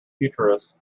futurist